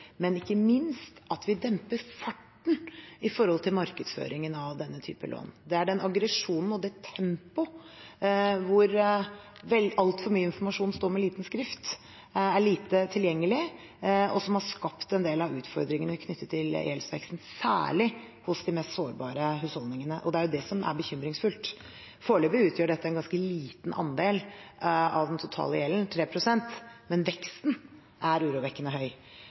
ikke minst at vi demper farten når det gjelder markedsføringen av denne typen lån. Det er aggresjonen og tempoet og det at altfor mye informasjon står med liten skrift og er lite tilgjengelig, som har skapt en del av utfordringene knyttet til gjeldsveksten, særlig hos de mest sårbare husholdningene. Det er det som er bekymringsfullt. Foreløpig utgjør dette en ganske liten andel av den totale gjelden, 3 pst., men veksten er urovekkende høy.